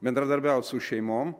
bendradarbiaut su šeimom